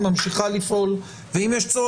אני חושב שהרוב המכריע של הציבור הישראלי חושב